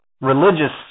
religious